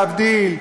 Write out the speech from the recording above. להבדיל,